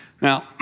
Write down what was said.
Now